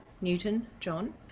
Newton-John